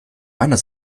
meiner